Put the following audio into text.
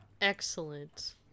Excellent